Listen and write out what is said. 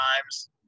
times